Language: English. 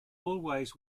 always